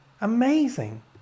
amazing